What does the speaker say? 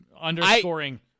underscoring